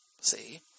See